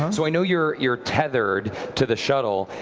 um so i know you're you're tethered to the shuttle.